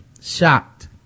Shocked